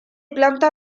planta